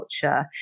culture